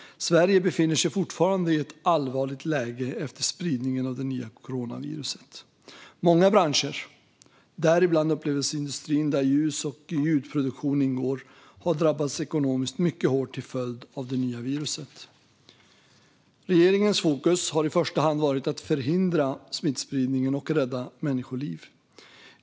Sverige befinner sig fortfarande i ett allvarligt läge efter spridningen av det nya coronaviruset. Många branscher, däribland upplevelseindustrin där ljus och ljudproduktion ingår, har drabbats ekonomiskt mycket hårt till följd av det nya viruset. Regeringens fokus har i första hand varit att förhindra smittspridningen och rädda människoliv.